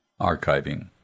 Archiving